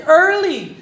early